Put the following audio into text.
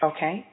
Okay